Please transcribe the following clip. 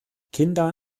kinder